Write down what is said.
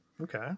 Okay